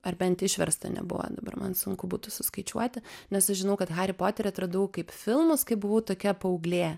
ar bent išversta nebuvo dabar man sunku būtų suskaičiuoti nes aš žinau kad harį poterį atradau kaip filmus kai buvau tokia paauglė